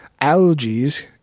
Algae's